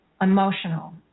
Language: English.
emotional